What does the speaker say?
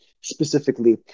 specifically